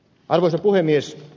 arvoisa puhemies